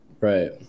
right